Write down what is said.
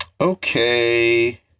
okay